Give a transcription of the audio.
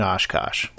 Oshkosh